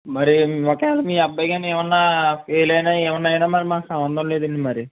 మరి ఒకవేళ మీ అబ్బాయి కానీ ఏమైనా ఫెయిల్ అయినా ఏమైనా కాని మరి మాకు సంబంధం లేదండి మరి